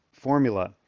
formula